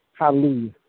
Hallelujah